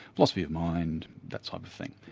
philosophy of mind, that type of thing,